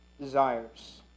desires